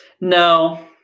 No